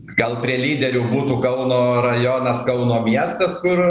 gal prie lyderių būtų kauno rajonas kauno miestas kur